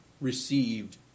received